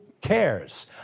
cares